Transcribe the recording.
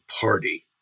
Party